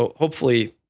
ah hopefully,